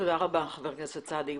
תודה רבה, חבר הכנסת סעדי.